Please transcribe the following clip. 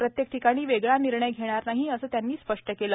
प्रत्येक ठिकाणी वेगळा निर्णय घेणार नाही असं त्यांनी स्पष्ट केलं